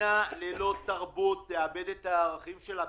מדינה ללא תרבות תאבד את הערכים שלהם,